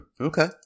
Okay